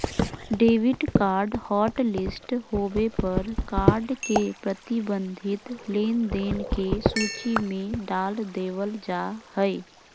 debit card hotlist होबे पर card के प्रतिबंधित लेनदेन के सूची में डाल देबल जा हय